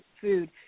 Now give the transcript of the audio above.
food